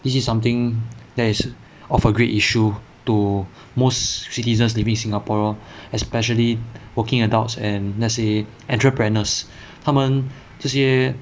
this is something that is of a great issue to most citizens leaving singapore especially working adults and let's say entrepreneurs 他们这些